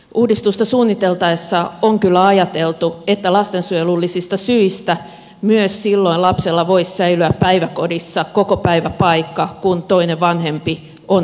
uudistusta suunniteltaessa on kyllä ajateltu että lastensuojelullisista syistä myös silloin lapsella voisi säilyä päiväkodissa kokopäiväpaikka kun toinen vanhempi on vanhempainvapaalla